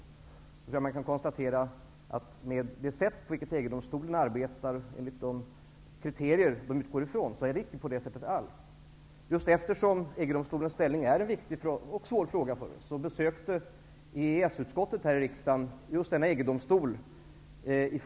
Men då tror jag mig kunna konstatera att det med det sätt på vilket EG-domstolen arbetar, enligt de kriterier som man utgår från, inte alls förhåller sig på nämnda sätt. Just eftersom frågan om EG domstolens ställning är en viktig och svår fråga för oss, besökte EES-utskottet i förrgår just EG domstolen.